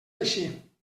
així